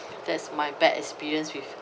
that's my bad experience with